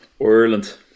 Ireland